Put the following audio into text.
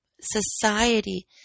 Society